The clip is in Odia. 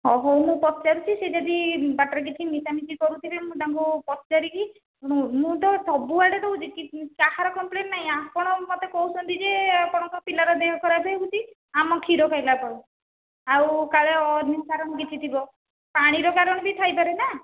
ହଉ ହଉ ମୁଁ ପଚାରୁଛି ସିଏ ଯଦି ବାଟରେ କିଛି ମିଶାମିଶି କରୁଥିବେ ମୁଁ ତାଙ୍କୁ ପଚାରିକି ମୁଁ ତ ସବୁଆଡ଼େ ଦେଉଛି କାହାର କମ୍ପ୍ଲେନ୍ ନାହିଁ ଆପଣ ମୋତେ କହୁଛନ୍ତି ଯେ ଆପଣଙ୍କ ପିଲାର ଦେହ ଖରାପ ହୋଇଛି ଆମ କ୍ଷୀର ଖାଇଲାପରେ ଆଉ କାଳେ ଅନ୍ୟ କାରଣ କିଛି ଥିବ ପାଣିର କାରଣ ବି ଥାଇପାରେ ନା